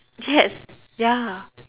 yes ya